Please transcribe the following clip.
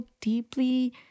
deeply